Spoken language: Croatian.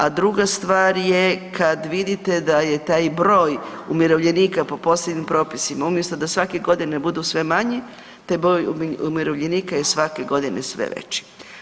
A druga stvar je kad vidite da je taj broj umirovljenika po posebnim propisima umjesto da svake godine budu sve manji taj broj umirovljenika je svake godine sve veći.